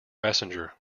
messenger